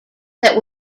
that